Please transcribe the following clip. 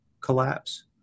collapse